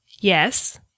Yes